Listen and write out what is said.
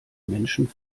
menschen